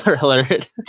alert